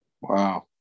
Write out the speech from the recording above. Wow